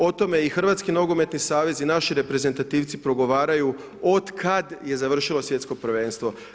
O tome i Hrvatski nogometni savez i naši reprezentativci progovaraju od kada je završilo svjetsko prvenstvo.